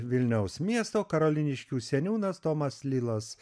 vilniaus miesto karoliniškių seniūnas tomas lilas